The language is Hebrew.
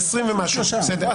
בסדר,